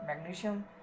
magnesium